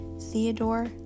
Theodore